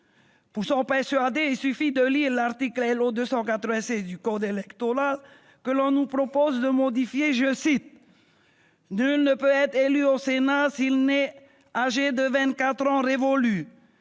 Pour s'en persuader, il suffit de lire l'article L.O. 296 du code électoral, que l'on nous propose de modifier :« Nul ne peut être élu au Sénat s'il n'est âgé de vingt-quatre